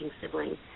siblings